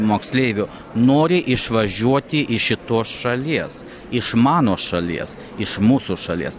moksleivių nori išvažiuoti iš šitos šalies iš mano šalies iš mūsų šalies